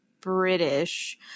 British